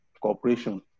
cooperation